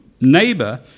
neighbor